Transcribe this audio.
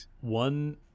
one